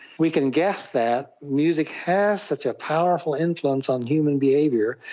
we can guess that music has such a powerful influence on human behaviour,